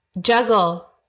juggle